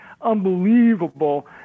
unbelievable